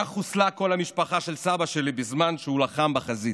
כך חוסלה כל המשפחה של סבא שלי בזמן שהוא לחם בחזית,